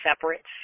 separate